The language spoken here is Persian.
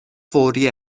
فوری